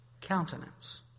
countenance